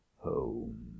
Home